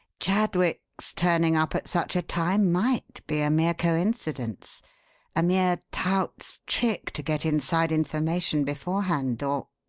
chadwick's turning up at such a time might be a mere coincidence a mere tout's trick to get inside information beforehand, or